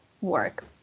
work